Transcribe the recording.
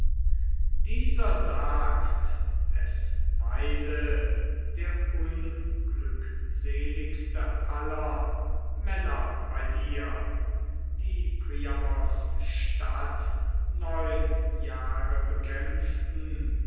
dieser sagt es weile der unglückseligste aller männer bei dir die priamos stadt neun jahre bekämpften